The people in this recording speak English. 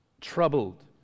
troubled